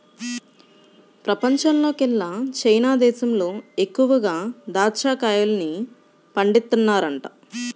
పెపంచంలోకెల్లా చైనా దేశంలో ఎక్కువగా దాచ్చా కాయల్ని పండిత్తన్నారంట